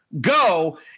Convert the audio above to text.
go